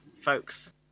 folks